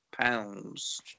Pounds